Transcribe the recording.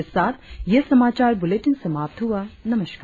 इसी के साथ यह समाचार बुलेटिन समाप्त हुआ नमस्कार